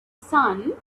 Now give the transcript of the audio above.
sun